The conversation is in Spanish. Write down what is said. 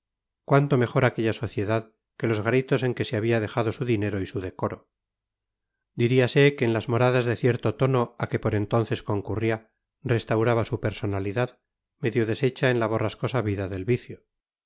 cuánto mejor aquella sociedad que los garitos en que se había dejado su dinero y su decoro diríase que en las moradas de cierto tono a que por entonces concurría restauraba su personalidad medio deshecha en la borrascosa vida del vicio